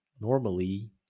normally